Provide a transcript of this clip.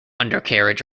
undercarriage